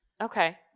Okay